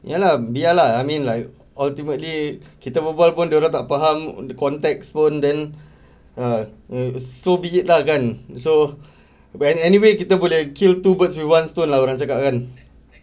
ya lah biar lah I mean like ultimately kita berbual pun dia orang tak faham context pun then ah so lah kan but anyway kita boleh kill two birds with one stone lah orang cakap kan